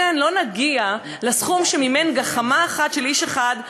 לא נגיע לסכום שמימן גחמה אחת של איש אחד,